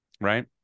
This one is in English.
right